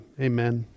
Amen